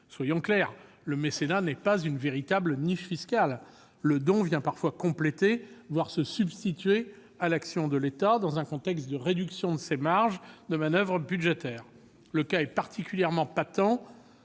Soyons clairs, le mécénat n'est pas une véritable niche fiscale. Le don vient parfois compléter, voire se substitue à l'action de l'État dans un contexte de réduction des marges de manoeuvre budgétaires de celui-ci. Le cas est particulièrement patent